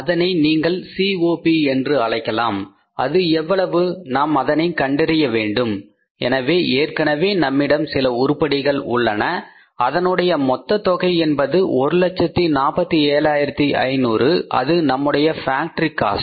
அதனை நீங்கள் சிஓபி என்று அழைக்கலாம் அது எவ்வளவு நாம் அதனை கண்டறிய வேண்டும் எனவே ஏற்கனவே நம்மிடம் சில உருப்படிகள் உள்ளன அதனுடைய மொத்த தொகை என்பது 147500 அது நம்முடைய ஃபேக்டரி காஸ்ட்